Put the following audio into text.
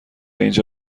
اینجا